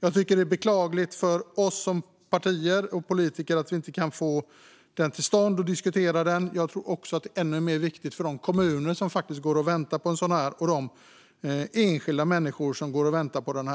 Jag tycker att det är beklagligt för oss som partier och politiker att vi inte kan få den till stånd och diskutera den. Jag tror dock att det är ännu viktigare för de kommuner som faktiskt går och väntar på en sådan proposition och för de enskilda människor som går och väntar på den.